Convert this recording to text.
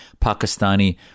Pakistani